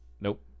nope